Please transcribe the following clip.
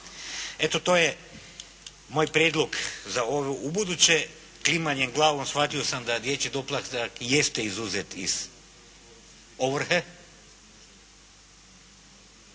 Eto to je moj prijedlog za ovo, ubuduće klimanje glavom shvatio sam da dječji doplatak jeste izuzet iz ovrhe,